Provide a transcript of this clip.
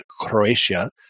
Croatia